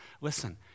Listen